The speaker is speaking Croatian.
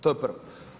To je prvo.